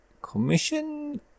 commission